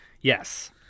Yes